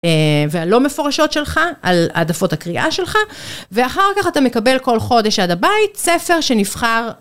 והלא מפורשות שלך על העדפות הקריאה שלך ואחר כך אתה מקבל כל חודש עד הבית ספר שנבחר.